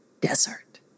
desert